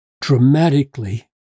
dramatically